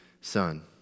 son